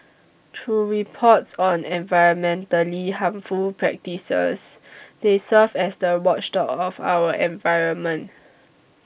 through reports on environmentally harmful practices they serve as the watchdogs of our environment